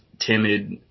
timid